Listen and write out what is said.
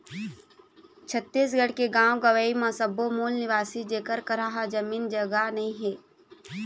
छत्तीसगढ़ के गाँव गंवई म सब्बो मूल निवासी जेखर करा जमीन जघा नइ हे